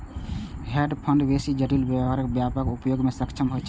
hedge fund बेसी जटिल व्यापारक व्यापक उपयोग मे सक्षम होइ छै